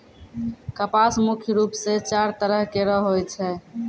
कपास मुख्य रूप सें चार तरह केरो होय छै